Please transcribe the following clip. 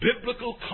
biblical